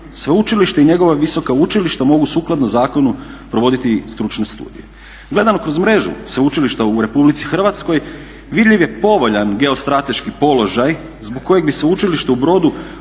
Sveučilišta i njegova visoka učilišta mogu sukladno zakonu provoditi stručne studije. Gledano kroz mrežu sveučilišta u Republici Hrvatskoj vidljiv je povoljan geostrateški položaj zbog kojeg bi Sveučilište u Brodu